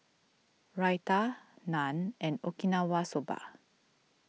Raita Naan and Okinawa Soba